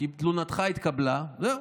תלונתך התקבלה, וזהו.